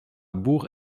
bourg